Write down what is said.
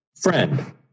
friend